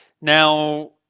Now